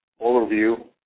overview